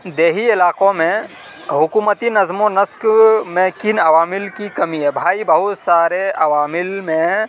دیہی علاقوں میں حکومتی نظم و نقش میں کن عوامل کی کمی ہے بھائی بہت سارے عوامل میں